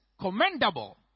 commendable